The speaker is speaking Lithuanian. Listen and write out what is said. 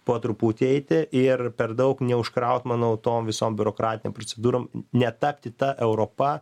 po truputį eiti ir per daug neužkraut manau tom visom biurokratinėm procedūrom netapti ta europa